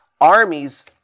armies